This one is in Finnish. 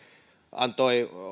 antoi